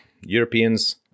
Europeans